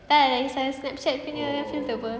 tak tak tak it's a Snapchat punya filter [pe]